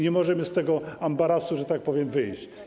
Nie możemy z tego ambarasu, że tak powiem, wyjść.